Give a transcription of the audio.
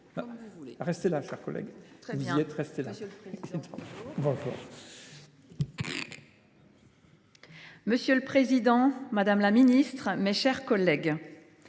Monsieur le président, madame la ministre, mes chers collègues,